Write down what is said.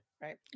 right